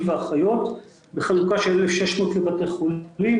ואחיות בחלוקה של 1,600 לבתי החולים,